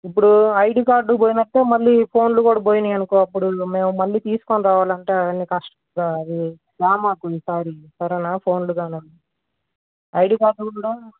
ఇప్పుడు ID card పోయినట్టే మళ్ళీ ఫోన్లు కూడా పోయినాయి అనుకో అప్పుడు మేము మళ్ళీ తీసుకొని రావాలంటే ఆ కష్ట అది తేమాకు ఈసారి సరేనా ఫోన్లుగాని ఐడి కార్డ్లు ఉండవు